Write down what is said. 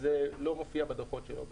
זה לא מופיע בדוחות שלו.